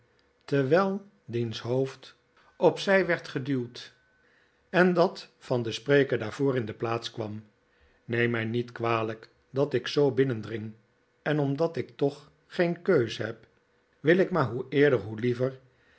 terwijl diens hoofd op zij werd geduwd en dat van den spreker daarvoor in de plaats kwam neem mij niet kwalijk dat ik zoo binnendring en omdat ik toch geen keus heb wil ik maar hoe eerder hoe liever